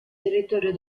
territorio